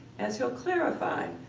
as he'll clarify,